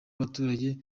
abaturage